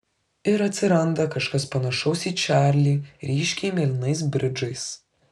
ir atsiranda kažkas panašaus į čarlį ryškiai mėlynais bridžais